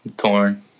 Torn